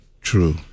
True